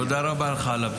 תודה רבה לך.